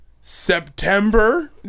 September